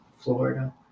Florida